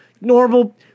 normal